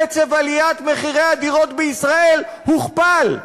קצב עליית מחירי הדירות בישראל הוכפל.